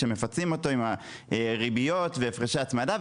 שמפצים אותו עם הריביות והפרשי ההצמדה.